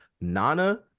nana